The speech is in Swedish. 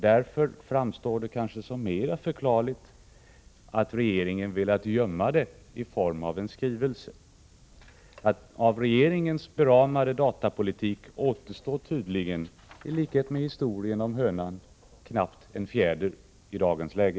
Därför framstår det kanske som mer förklarligt att regeringen velat gömma förslaget i form av en skrivelse. Av regeringens beramade datapolitik återstår tydligen, i likhet med historien om hönan, knappt en fjäder i dagens läge.